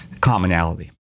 commonality